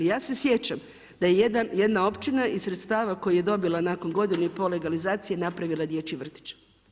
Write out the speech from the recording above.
Ja se sjećam da je jedna općina iz sredstava koje je dobila nakon godinu i pol legalizacije napravila dječji vrtić.